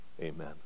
Amen